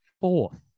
fourth